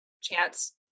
chance